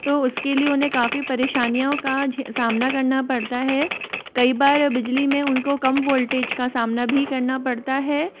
तो उसके लिए उन्हें काफ़ी परेशानियों का सामना करना पड़ता है कई बार बिजली में उनको कम वोल्टेज का सामना भी करना पड़ता है